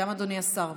גם אדוני השר,